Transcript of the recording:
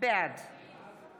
בעד